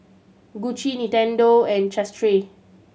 Gucci Nintendo and Chateraise